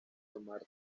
tomar